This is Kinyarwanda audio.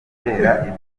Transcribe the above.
gutera